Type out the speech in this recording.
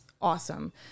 awesome